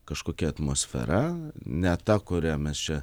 kažkokia atmosfera ne ta kurią mes čia